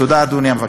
תודה, אדוני המבקר.